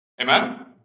Amen